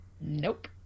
Nope